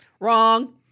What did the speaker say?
Wrong